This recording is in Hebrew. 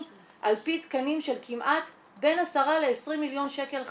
על פי תקנים של כמעט בין 10 ל-20 מיליון שקל חווה.